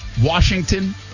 Washington